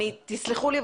תסלחו לי,